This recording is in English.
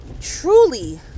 truly